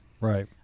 right